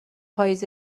پاییز